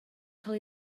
cael